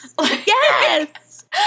Yes